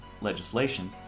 legislation